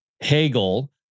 Hegel